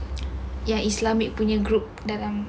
ya islamic punya group